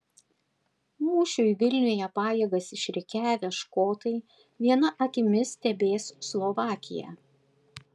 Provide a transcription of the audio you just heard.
mūšiui vilniuje pajėgas išrikiavę škotai viena akimi stebės slovakiją